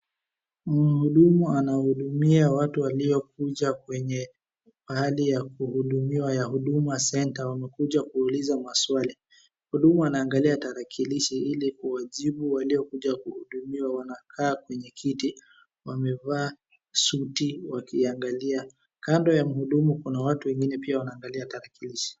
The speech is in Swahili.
Mhudumu anahudumia watu waliokuja kwenye mahali ya kuhudumiwa ya huduma center wamekuja kuuliza maswali. Mhudumu anaangalia tarakirishi ilikuwajibu waliokuja kuhudumiwa. Wanakaa kwenye kiti, wamevaa suti wakiangalia. kando ya mhudumu kuna watu wengine pia wanaangalia tarakirishi.